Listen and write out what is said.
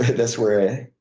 that's where